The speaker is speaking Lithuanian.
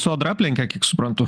sodra aplenkė kiek suprantu